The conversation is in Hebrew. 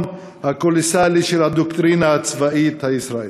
הקולוסלי של הדוקטרינה הצבאית הישראלית.